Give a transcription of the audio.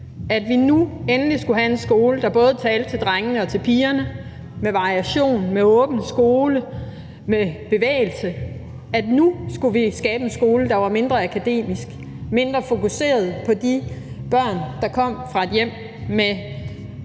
skulle nu endelig have en skole, der både talte til drengene og til pigerne, der var varieret, var en åben skole, og som havde bevægelse. Nu skulle vi skabe en skole, der var mindre akademisk, var mindre fokuseret på de børn, der kom fra et hjem med